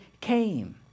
came